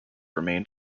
remained